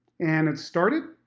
and it started,